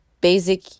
basic